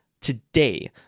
today